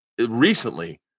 recently